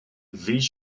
this